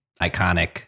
iconic